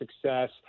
success